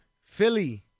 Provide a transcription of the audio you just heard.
Philly